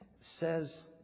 says